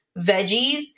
veggies